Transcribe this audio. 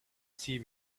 see